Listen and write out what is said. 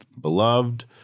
beloved